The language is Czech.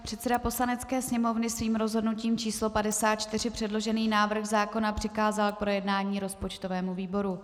Předseda Poslanecké sněmovny svým rozhodnutím č. 54 předložený návrh zákona přikázal k projednání rozpočtovému výboru.